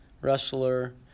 wrestler